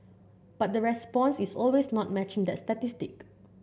but the response is always not matching that statistic